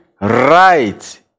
right